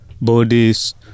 bodies